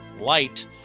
light